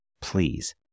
Please